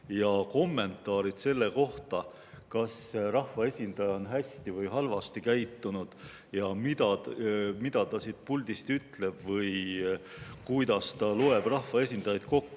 ja kommentaarid selle kohta, kas rahvaesindaja on hästi või halvasti käitunud ja mida ta siit puldist ütleb või kuidas ta loeb rahvaesindajaid kokku,